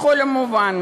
בכל מובן.